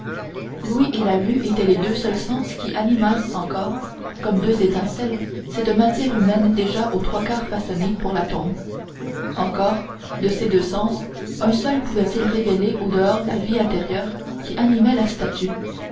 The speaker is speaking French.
inattendue la vue et l'ouïe étaient les deux seuls sens qui animassent encore comme deux étincelles cette matière humaine déjà aux trois quarts façonnée pour la tombe encore de ces deux sens un seul pouvait-il révéler au-dehors la vie intérieure qui animait la statue